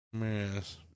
Yes